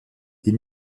die